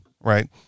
right